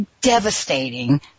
devastating